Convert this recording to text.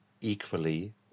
equally